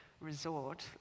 resort